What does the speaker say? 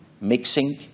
mixing